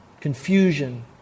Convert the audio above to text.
confusion